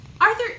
Arthur